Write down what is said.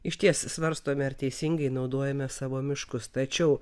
išties svarstome ar teisingai naudojame savo miškus tačiau